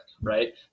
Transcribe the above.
right